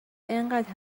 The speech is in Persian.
اینقدر